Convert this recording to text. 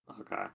Okay